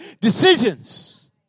decisions